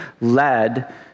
led